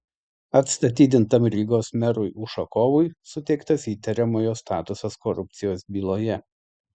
atstatydintam rygos merui ušakovui suteiktas įtariamojo statusas korupcijos byloje